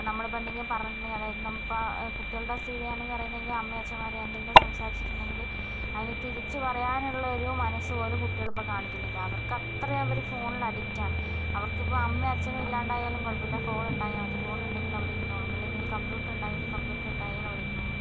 നമ്മൾ ഇപ്പോൾ എന്തെങ്കിലും പറഞ്ഞിട്ടുണ്ടേൽ അതായത് ഇപ്പം കുട്ടികളുടെ സ്ഥിതി ആണ് പറയന്നതെങ്കിൽ അമ്മയും അച്ഛന്മാരും എന്തെങ്കിലും സംസാരിച്ചിട്ടുണ്ടെങ്കിൽ അതിന് തിരിച്ചു പറയാൻ ഉള്ള ഒരു മനസ്സ് പോലും കുട്ടികൾ ഇപ്പോൾ കാണിക്കുന്നില്ല അവർ അത്രയും അവർ ഫോണിൽ അഡിക്റ്റാണ് അവർക്ക് ഇപ്പോൾ അമ്മയും അച്ഛനും ഇല്ലാണ്ടായാലും കുഴപ്പമില്ല ഫോൺ ഉണ്ടായാൽ മതി ഫോൺ ഉണ്ടെങ്കിൽ അവിടെ ഇരുന്നോളും അല്ലെങ്കിൽ കമ്പ്യൂട്ടർ ഉണ്ടായാൽ മതി കമ്പ്യൂട്ടർ ഉണ്ടായാൽ അവിടെ ഇരുന്നോളും